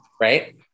right